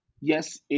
yes